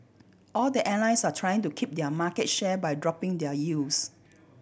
all the airlines are trying to keep their market share by dropping their yields